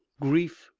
grief,